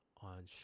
on